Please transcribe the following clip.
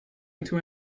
into